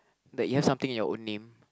that you have something in your own name